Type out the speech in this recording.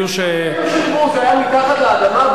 זה היה מתחת לאדמה,